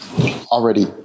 already